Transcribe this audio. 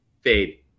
Fade